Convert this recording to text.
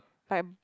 like